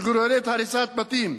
להריסת בתים,